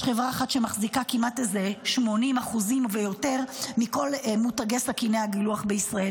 יש חברה אחת שמחזיקה כמעט 80% ויותר מכל מותגי סכיני הגילוח בישראל.